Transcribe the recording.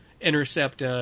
intercept